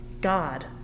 God